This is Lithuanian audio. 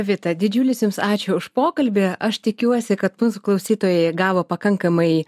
vita didžiulis jums ačiū už pokalbį aš tikiuosi kad mūsų klausytojai gavo pakankamai